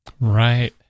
Right